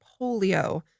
polio